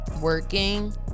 working